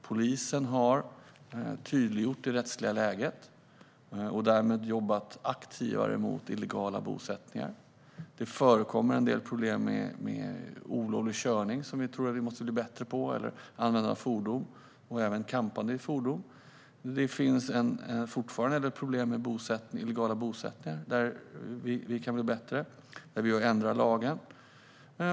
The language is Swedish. Polisen har tydliggjort det rättsliga läget och därmed jobbat aktivare mot illegala bosättningar. Det förekommer en del problem med olovlig körning, användande av fordon och även campande i fordon, som vi behöver bli bättre på att möta. Det finns fortfarande problem med illegala bosättningar, som vi också kan bli bättre på att möta, och där vi har ändrat lagen.